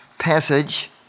passage